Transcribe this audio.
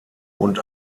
und